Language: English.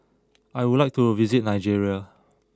I would like to visit Nigeria